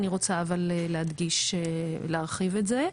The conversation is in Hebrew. אבל אני רוצה להדגיש ולהרחיב את זה.